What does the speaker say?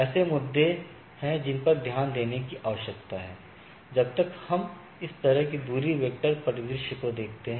ऐसे मुद्दे हैं जिन पर ध्यान देने की आवश्यकता है जब हम इस तरह की डिस्टेंस वेक्टर परिदृश्य को देखते हैं